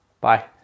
Bye